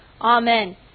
Amen